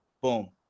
boom